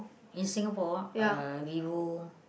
in Singapore uh Vivo